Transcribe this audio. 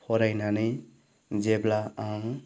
फरायनानै जेब्ला आं